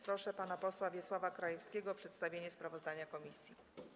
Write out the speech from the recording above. Proszę pana posła Wiesława Krajewskiego o przedstawienie sprawozdania komisji.